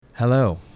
Hello